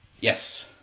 Yes